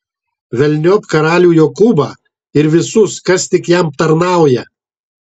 velniop karalių jokūbą ir visus kas tik jam tarnauja